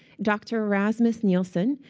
dr. rasmus nielsen,